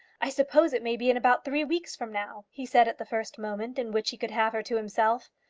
i suppose it may be in about three weeks from now? he said at the first moment in which he could have her to himself.